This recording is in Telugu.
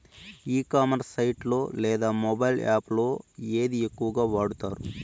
ఈ కామర్స్ సైట్ లో లేదా మొబైల్ యాప్ లో ఏది ఎక్కువగా వాడుతారు?